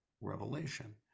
revelation